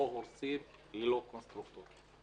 לא הורסים ללא קונסטרוקטור.